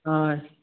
হয়